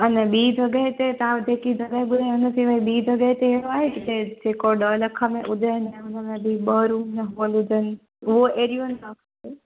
अलाए ॿी ॼगह ते तव्हां जेकी ॿुधायव त हुन ॿी ॼगह ते एरो आहे जेको ॾह लख में हुजे हुनमें बि ॿ रूम हुजन उओ एरिओ हिसाब